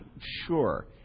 sure